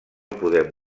podem